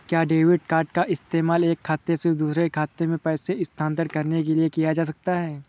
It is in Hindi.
क्या डेबिट कार्ड का इस्तेमाल एक खाते से दूसरे खाते में पैसे स्थानांतरण करने के लिए किया जा सकता है?